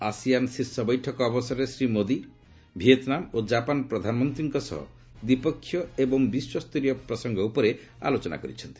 ASEAN ଶୀର୍ଷ ବୈଠକ ଅବସରରେ ଶ୍ରୀ ମୋଦୀ ଭିଏତ୍ନାମ ଓ ଜାପାନ୍ ପ୍ରଧାନମନ୍ତ୍ରୀଙ୍କ ସହ ଦ୍ୱିପକ୍ଷିୟ ଏବଂ ବିଶ୍ୱସରୀୟ ପ୍ରସଙ୍ଗ ଉପରେ ଆଲୋଚନା କରିଛନ୍ତି